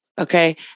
Okay